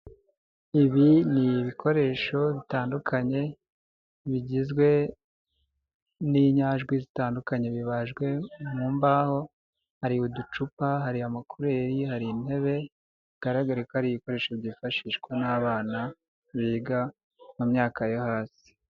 Ibi ni ibikoresho bitandukanye bigizwe n'inyajwi zitandukanye bibajwe mu mbaho: hari uducupa, hari amakureri, hari intebe. Bigaragara ko ari ibikoresho byifashishwa n'abana biga mu myaka yo hasi.